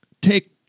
take